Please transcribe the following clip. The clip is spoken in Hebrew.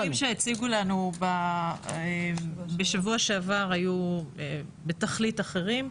הנתונים שהציגו לנו בשבוע שעבר היו בתכלית אחרים.